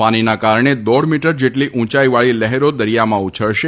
ફાનીના કારણે દોઢ મીટર જેટલી ઉંચાઇવાળી લહેરો દરિયામાં ઉછળશે